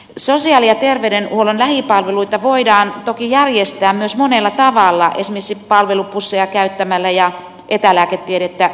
sosiaali ja terveydenhuollon lähipalveluita voidaan toki järjestää myös monella tavalla esimerkiksi palvelubusseja käyttämällä ja etälääketiedettä hyödyntäen